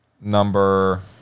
number